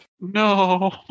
No